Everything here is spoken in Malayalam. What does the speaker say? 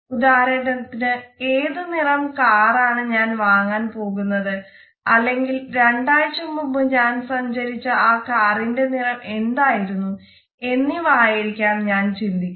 ഉദാഹരണത്തിന് ഏത് നിറം കാർ ആണ് ഞാൻ വാങ്ങാൻ പോകുന്നത് അല്ലെങ്കിൽ രണ്ടാഴ്ച മുമ്പ് ഞാൻ സഞ്ചരിച്ച ആ കാറിന്റെ നിറം എന്തായിരുന്നു എന്നിവ ആയിരിക്കാം ഞാൻ ചിന്തിക്കുന്നത്